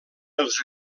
els